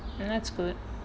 mm that's good